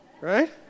Right